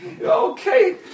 okay